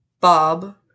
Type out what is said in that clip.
Bob